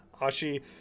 Ashi